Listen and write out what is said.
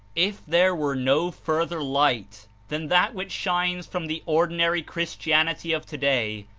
if there were no further light than that which shines from the ordinary chris tianity of today,